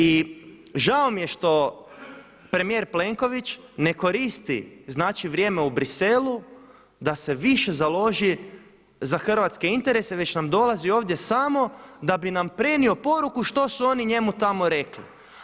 I žao mi je što premijer Plenković ne koristi znači vrijeme u Bruxellesu da se više založi za hrvatske interese već nam dolazi ovdje samo da bi nam prenio poruku što su oni njemu tamo rekli.